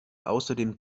außerdem